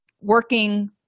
working